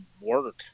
work